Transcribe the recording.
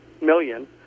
million